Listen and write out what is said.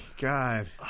God